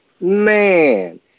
Man